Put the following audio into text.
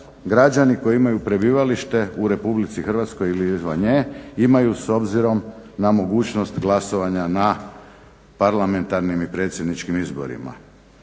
građani koji imaju prebivalište u Republici Hrvatskoj ili izvan nje imaju s obzirom na mogućnost glasovanja na parlamentarnim i predsjedničkim izborima.